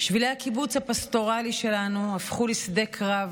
שבילי הקיבוץ הפסטורלי שלנו הפכו לשדה קרב